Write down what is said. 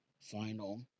Final